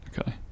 Okay